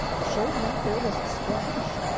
sure enough there was a splash!